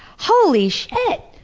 holy shit!